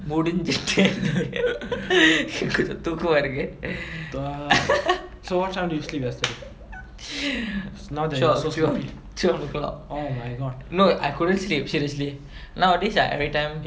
முடிஞ்சிட்டு:mudinjittu என்க்கு தூக்கமா இருக்கு:enkkuthookamaa irukku twelve twelve twelve o'clock no I couldn't sleep seriously nowadays I everytime